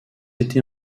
été